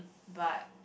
but